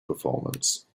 performance